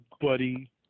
buddy